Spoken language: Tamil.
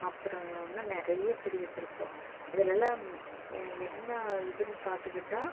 அப்றம் இன்னும் நிறைய செடி வச்சுருக்கோம் இதுலலாம் என்ன இதுன்னு பார்த்துக்கிட்டா